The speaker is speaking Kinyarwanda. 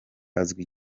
azwi